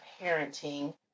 parenting